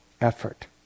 effort